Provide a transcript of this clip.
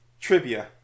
Trivia